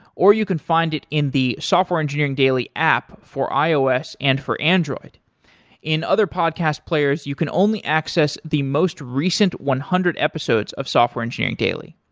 or you can find it in the software engineering daily app for ios and for android in other podcast players, you can only access the most recent one hundred episodes of software engineering daily.